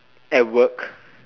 at work